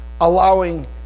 Allowing